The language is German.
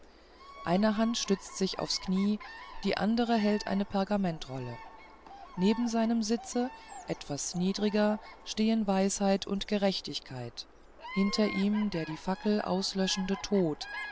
eine hand stützt sich auf's knie die andere hält eine pergamentrolle neben seinem sitze etwas niedriger stehen weisheit und gerechtigkeit hinter ihm der die fackel auslöschende tod